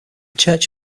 church